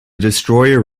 destroyer